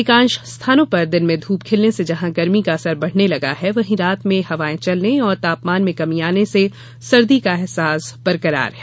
अधिकांश स्थानों पर दिन में धूप खिलने से जहां गर्मी का असर बढ़ने लगा है वहीं रात में हवायें चलने और तापमान में कमी आने से सर्दी का अहसास बरकरार है